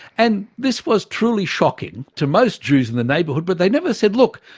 and this was truly shocking to most jews in the neighbourhood but they never said, look,